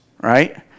right